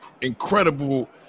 incredible